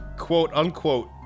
quote-unquote